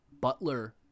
Butler